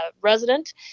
resident